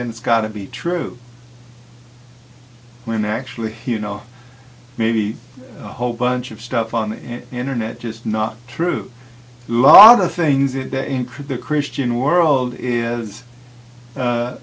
and it's got to be true when actually you know maybe a whole bunch of stuff on the internet just not true lot of things in the incra the christian world is